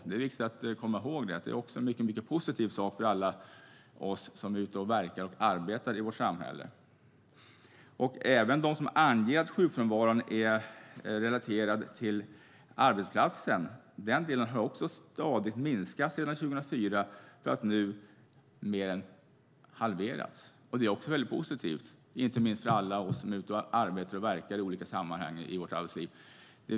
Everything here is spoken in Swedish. Det är viktigt att komma ihåg det. Detta är en mycket positiv sak för alla oss som verkar i vårt samhälle. Även andelen som anger att sjukfrånvaron är relaterad till arbetsplatsen har stadigt minskat sedan år 2004 för att nu mer än ha halverats. Också detta är mycket positivt inte minst för alla oss som verkar i olika sammanhang i arbetslivet.